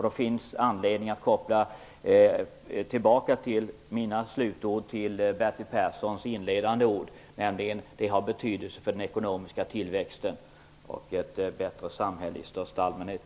Då finns det anledning att koppla tillbaka till mina slutord till Bertil Perssons inledande ord, nämligen att det har betydelse för den ekonomiska tillväxten och ett bättre samhälle i största allmänhet.